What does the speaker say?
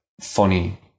funny